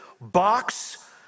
box